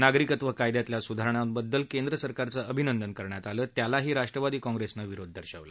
नागरिकत्व कायद्यातल्या सुधारणाबद्दल केंद्र सरकारचं अभिनंदन करण्यात आलं त्याला राष्ट्रवादी काँग्रेसने विरोध दर्शवला